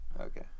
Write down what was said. Okay